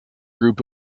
group